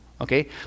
Okay